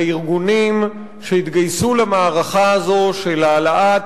לארגונים שהתגייסו למערכה הזאת של העלאת